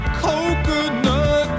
coconut